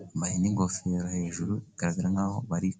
bambaye n'ingofero hejuru igaragara nk'aho bari.....